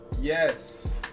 yes